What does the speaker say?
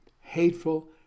hateful